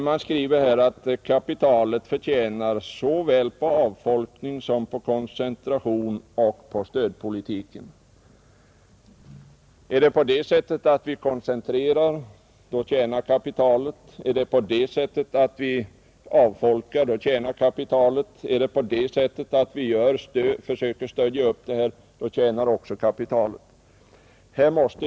Man skriver där att kapitalet tjänar såväl på avfolkning som på koncentration och på stödpolitik. Om vi alltså koncentrerar, så tjänar kapitalet, och om vi avfolkar, så tjänar kapitalet. Bedriver vi sedan stödpolitik, så tjänar kapitalet även då.